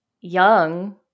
young